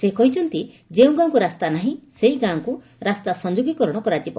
ସେ କହିଛନ୍ତି ଯେଉଁ ଗାଁକୁ ରାସ୍ତା ନାହିଁ ସେହି ଗାଁକୁ ରାସ୍ତା ସଂଯୋଗୀକରଣ କରାଯିବ